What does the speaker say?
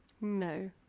No